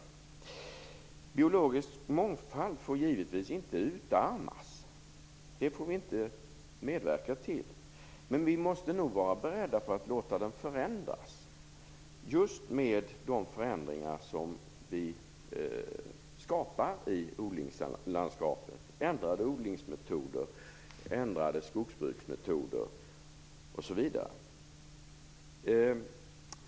Den biologiska mångfalden får givetvis inte utarmas. Det får vi inte medverka till. Men vi måste nog vara beredda på att låta den förändras, just genom de förändringar som vi skapar i odlingslandskapet i form av ändrade odlingsmetoder, ändrade skogsbruksmetoder, osv.